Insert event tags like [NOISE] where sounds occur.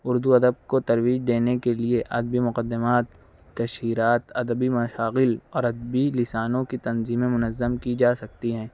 اُردو ادب کو تجویز دینے کے لیے ادبی مقدمات [UNINTELLIGIBLE] ادبی مشاغل اور ادبی لِسانوں کی تنظیمیں منظم کی جا سکتی ہیں